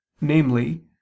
namely